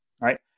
Right